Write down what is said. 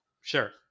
Sure